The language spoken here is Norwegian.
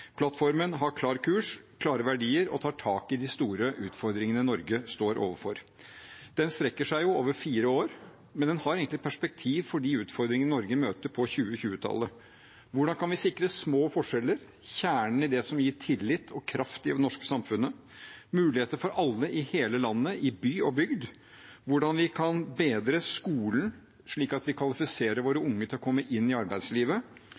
Plattformen har klar kurs, klare verdier og tar tak i de store utfordringene Norge står overfor. Den strekker seg over fire år, men den har egentlig perspektiv for de utfordringene Norge møter på 2020-tallet. Hvordan kan vi sikre små forskjeller, kjernen i det som gir tillit og kraft i det norske samfunnet, muligheter for alle i hele landet, i by og bygd? Hvordan kan vi bedre skolen slik at vi kvalifiserer våre unge til å komme inn i arbeidslivet,